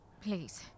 Please